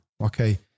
Okay